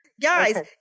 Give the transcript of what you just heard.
Guys